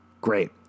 Great